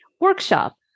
workshop